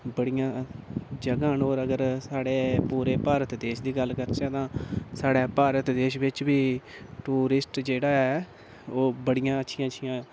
बड़ियां जगह् न और अगर साढ़े पूरे भारत देश दी गल्ल करचै तां साढ़े भारत देश बिच्च बी टूरिस्ट जेह्ड़ा ऐ ओह् बड़ियां अच्छियां अच्छियां